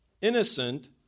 innocent